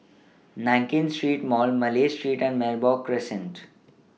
Nankin Street Mall Malay Street and Merbok Crescent